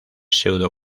pseudo